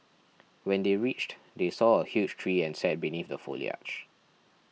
when they reached they saw a huge tree and sat beneath the foliage